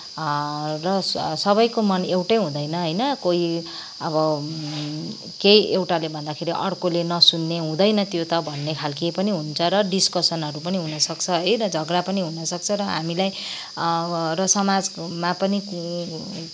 र सबैको मन एउटै हुँदैन होइन कोही अब केही एउटाले भन्दाखेरि अर्कोले नसुन्ने हुँदैन त्यो त भन्नेखाल्के पनि हुन्छ र डिस्कसनहरू पनि हुनसक्छ र झगडा पनि हुनसक्छ र हामीलाई र समाजमा पनि